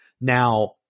Now